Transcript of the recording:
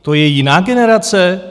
To je jiná generace?